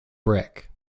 brick